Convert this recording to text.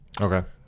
Okay